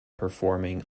performing